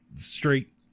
straight